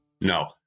No